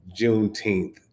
Juneteenth